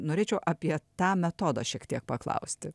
norėčiau apie tą metodą šiek tiek paklausti